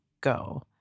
go